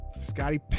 Scotty